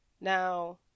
Now